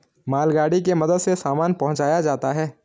मालगाड़ी के मदद से सामान पहुंचाया जाता है